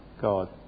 God